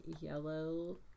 yellow